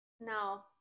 No